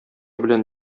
белән